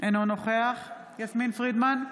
אינו נוכח יסמין פרידמן,